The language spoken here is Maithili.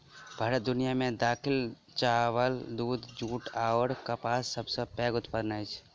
भारत दुनिया मे दालि, चाबल, दूध, जूट अऔर कपासक सबसे पैघ उत्पादक अछि